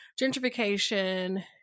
gentrification